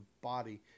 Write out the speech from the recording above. body